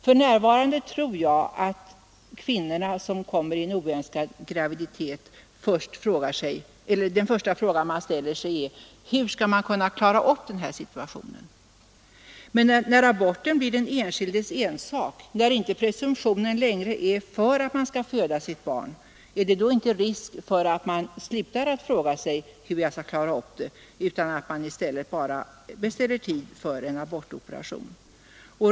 För närvarande tror jag att den första fråga de kvinnor ställer sig som hamnar i en oönskad graviditet är denna: Hur skall jag kunna klara upp den här situationen? När aborten blir den enskildes ensak och presumtionen inte längre är för att man skall föda sitt barn, är det då inte risk för att man slutar att fråga sig hur man skall klara upp situationen och i stället bara beställer tid för en abortoperation?